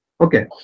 okay